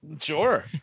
Sure